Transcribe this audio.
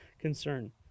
concern